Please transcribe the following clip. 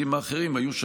לא, לא.